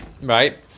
right